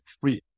free